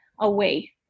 away